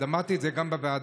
אמרתי את זה גם בוועדה.